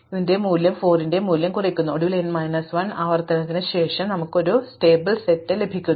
അതിനാൽ int ന്റെ മൂല്യം വീണ്ടും 4 ന്റെ മൂല്യം കുറയ്ക്കുന്നു ഒടുവിൽ n മൈനസ് 1 ആവർത്തനത്തിനുശേഷം നമുക്ക് ഒരു സ്റ്റേബിൾ സെറ്റ് മൂല്യങ്ങൾ ലഭിക്കും